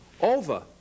over